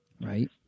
Right